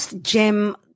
gem